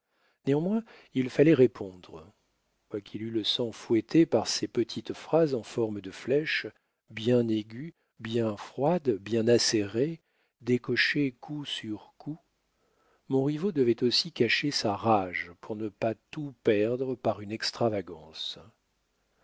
néanmoins il fallait répondre quoiqu'il eût le sang fouetté par ces petites phrases en forme de flèches bien aiguës bien froides bien acérées décochées coup sur coup montriveau devait aussi cacher sa rage pour ne pas tout perdre par une extravagance